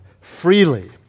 freely